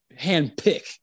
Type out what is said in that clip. handpick